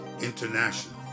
International